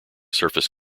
surface